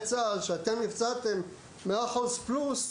צה"ל: "אתם נפצעתם ב-100 אחוז ויותר